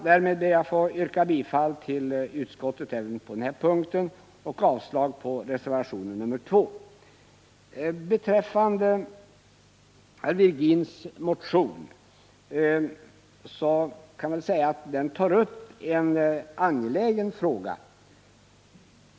Därmed ber jag att få yrka bifall till utskottets hemställan även på denna punkt och avslag på reservation 2. Beträffande Jan-Eric Virgins motion vill jag säga att det är en angelägen fråga som där tas upp.